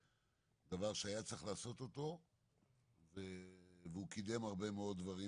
דבר שהיה צריך לעשות אותו והוא קידם הרבה מאוד דברים.